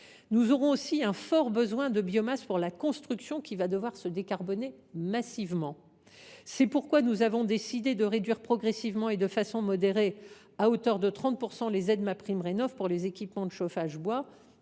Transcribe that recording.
Nous aurons aussi un fort besoin de biomasse pour la construction, qui devra se décarboner massivement. C’est pourquoi nous avons décidé de réduire progressivement et de façon modérée, à hauteur de 30 %, les aides MaPrimeRénov’ pour les équipements de chauffage au bois.